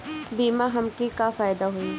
बीमा से हमके का फायदा होई?